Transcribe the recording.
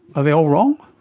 are they all wrong?